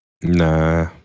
Nah